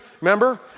Remember